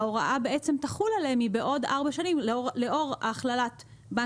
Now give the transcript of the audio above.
ההוראה תחול עליהם מעוד ארבע שנים לאור הכללת בנק